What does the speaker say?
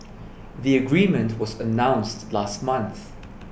the agreement was announced last month